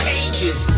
ages